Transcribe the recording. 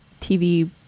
TV